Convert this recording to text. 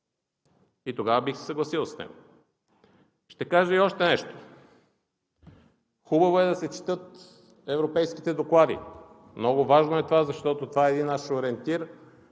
Тогава бих се съгласил с него. Ще кажа и още нещо. Хубаво е да се четат европейските доклади. Много важно е това, защото е един ориентир,